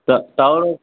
तऽ तौ